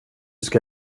ska